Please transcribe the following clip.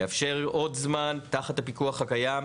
לאפשר עוד זמן תחת הפיקוח הקיים,